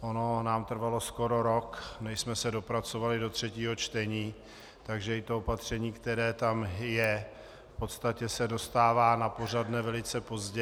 Ono nám trvalo skoro rok, než jsme se dopracovali do třetího čtení, takže i to opatření, které tam je, se v podstatě dostává na pořad dne velice pozdě.